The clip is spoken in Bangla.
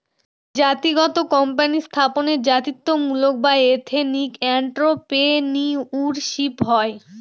জাতিগত কোম্পানি স্থাপনে জাতিত্বমূলক বা এথেনিক এন্ট্রাপ্রেনিউরশিপ হয়